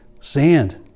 Sand